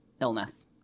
illness